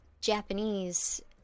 Japanese